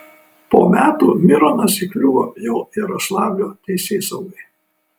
po metų mironas įkliuvo jau jaroslavlio teisėsaugai